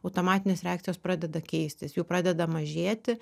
automatinės reakcijos pradeda keistis jų pradeda mažėti